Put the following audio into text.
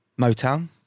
Motown